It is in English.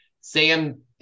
Sam